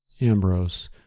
Ambrose